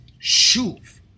shuv